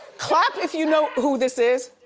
clap if you know who this is.